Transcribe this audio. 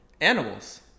Animals